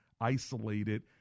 isolated